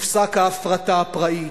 "תופסק ההפרטה הפראית",